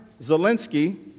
Zelensky